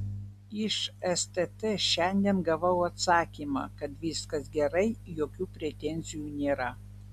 iš stt šiandien gavau atsakymą kad viskas gerai jokių pretenzijų nėra